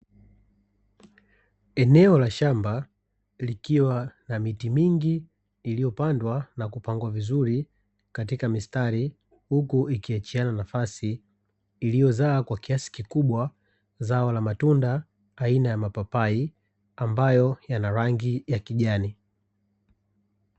Eneo la shamba likiwa la miti mingi iliyopandwa na kupangwa vizuri katika mistari huku ikiachiana nafasi iliyozaa kwa kiasi kikubwa zao la matunda aina ya mapapai